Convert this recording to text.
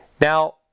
Now